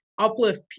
uplift